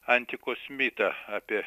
antikos mitą apie